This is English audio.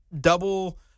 double